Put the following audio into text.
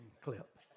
clip